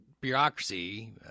bureaucracy